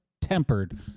tempered